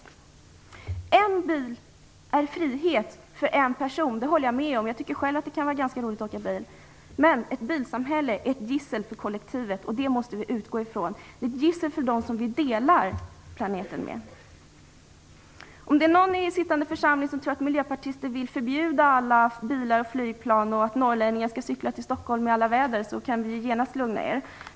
Att en bil ger frihet för en person håller jag med om. Jag tycker själv att det kan vara ganska roligt att åka bil. Men ett bilsamhälle är ett gissel för kollektivet, och det måste vi utgå ifrån. Det är ett gissel för dem som vi delar planeten med. Om det är någon i sittande församling som tror att vi miljöpartister vill förbjuda alla bilar och flygplan och att norrlänningar skall cykla till Stockholm i alla väder, så kan vi genast lugna er.